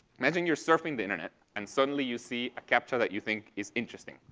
imagine you're surfing the internet and suddenly you see a captcha that you think is interesting,